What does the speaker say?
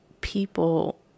people